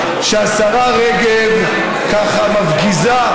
אנונימי ולא רלוונטי מיותר פה בכנסת שרוצה לקבל קצת תקשורת